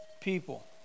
people